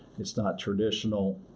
it's not traditional,